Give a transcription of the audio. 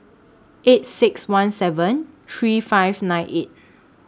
eight six one seven three five nine eight